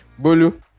Bolu